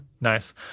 Nice